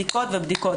בדיקות ובדיקות.